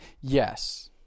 Yes